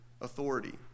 authority